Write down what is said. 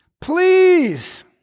Please